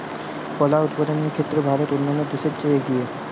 কলা উৎপাদনের ক্ষেত্রে ভারত অন্যান্য দেশের চেয়ে এগিয়ে